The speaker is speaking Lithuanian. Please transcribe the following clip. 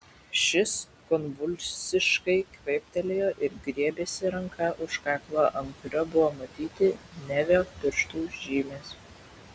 šis konvulsiškai kvėptelėjo ir griebėsi ranka už kaklo ant kurio buvo matyti nevio pirštų žymės